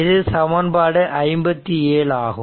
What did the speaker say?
இது சமன்பாடு 57 ஆகும்